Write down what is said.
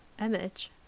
image